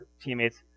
teammates